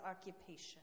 occupation